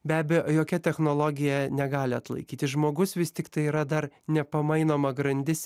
be abejo jokia technologija negali atlaikyti žmogus vis tiktai yra dar nepamainoma grandis